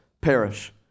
perish